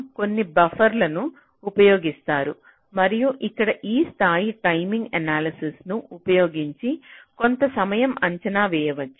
కొన్ని బఫరింగ్ను ఉపయోగిస్తారు మరియు ఇక్కడ ఈ స్థాయిలో టైమింగ్ ఎనాలసిస్ ను ఉపయోగించి కొంత సమయం అంచనా వేయవచ్చు